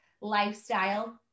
lifestyle